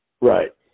right